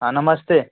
हाँ नमस्ते